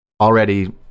already